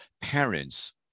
parents